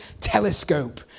Telescope